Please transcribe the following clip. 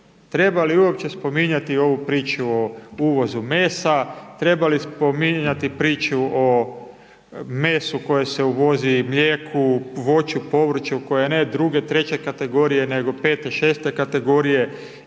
Treba li uopće spominjati ovu priču o uvozu mesa, treba li spominjati priču o mesu koje se uvozi, mlijeku, voću, povrću koje je ne druge, treće kategorije nego pete, šeste kategorije